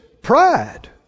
pride